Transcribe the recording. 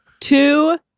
Two